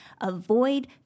Avoid